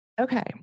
Okay